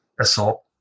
assault